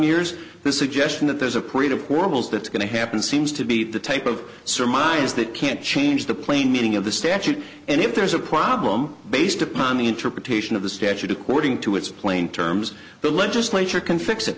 years this is a gesture that there's a parade of horribles that's going to happen seems to be the type of surmise that can change the plain meaning of the statute and if there's a problem based upon the interpretation of the statute according to its plain terms the legislature can fix it